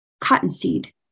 cottonseed